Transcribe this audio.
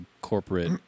corporate